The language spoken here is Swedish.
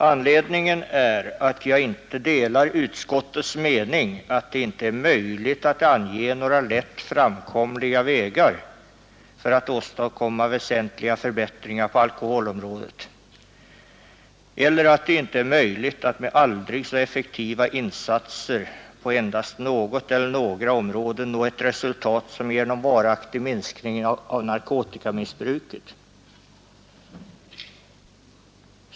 Anledningen är att jag inte delar utskottets mening, att det inte är möjligt att ange några lätt framkomliga vägar för att åstadkomma väsentliga förbättringar på alkoholområdet eller att det inte är möjligt att med aldrig så effektiva insatser på endast något eller några områden nå resultat som ger varaktig minskning av narkotikamissbruket.